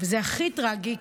וזה הכי טרגי,